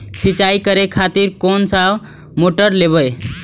सीचाई करें खातिर कोन सा मोटर लेबे?